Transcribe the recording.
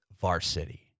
Varsity